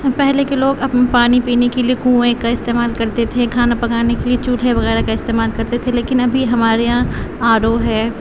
پہلے کے لوگ پانی کے لیے کنویں کو استعمال کرتے تھے کھانا پکانے کے لیے چولہے وغیرہ کا استعمال کرتے تھے لیکن ابھی ہمارے یہاں آر او ہے